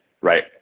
right